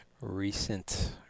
Recent